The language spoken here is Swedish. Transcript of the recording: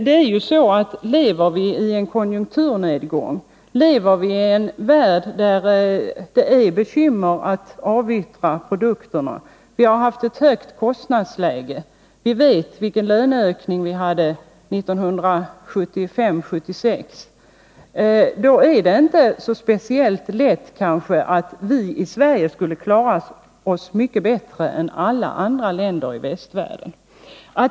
Om man lever i en tid när det är konjunkturnedgång, i en värld där det är bekymmer med att avyttra produkterna — och vi har haft ett högt kostnadsläge och en kraftig löneökning 1975-1976 -— är det inte särskilt lätt för ossi Sverige att klara oss mycket bättre än alla andra länder i västvärlden.